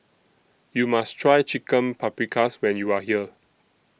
YOU must Try Chicken Paprikas when YOU Are here